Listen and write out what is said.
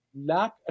lack